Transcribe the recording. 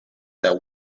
that